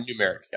Numeric